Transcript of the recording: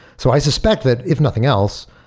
so i suspect that if nothing else,